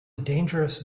dangerous